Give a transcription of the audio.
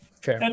sure